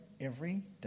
everyday